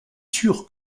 sûr